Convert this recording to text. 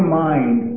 mind